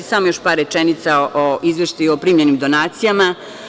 Samo još par rečenica o izveštaju o primljenim donacijama.